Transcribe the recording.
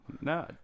No